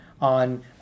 on